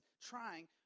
trying